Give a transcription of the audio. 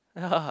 ya